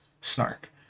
snark